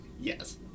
Yes